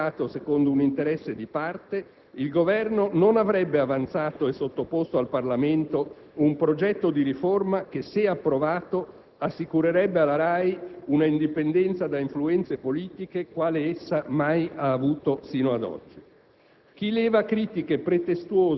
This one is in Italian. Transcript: È evidente che, se avesse operato secondo un interesse di parte, il Governo non avrebbe avanzato e sottoposto al Parlamento un progetto di riforma che, se approvato, assicurerebbe alla RAI una indipendenza da influenze politiche quale essa mai ha avuto sino ad oggi.